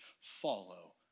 follow